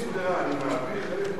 דווקא זה שינוי מרענן שיש פה כמה,